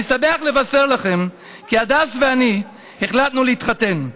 אני שמח לבשר לכם כי הדס ואני החלטנו להתחתן.